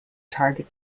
target